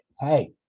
Hey